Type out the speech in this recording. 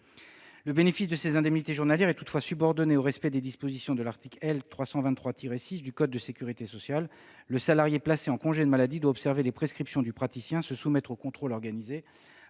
Le bénéfice de ces indemnités journalières est toutefois subordonné au respect des dispositions de l'article L. 323-6 du code de la sécurité sociale : le salarié placé en congé de maladie doit observer les prescriptions du praticien, se soumettre aux contrôles organisés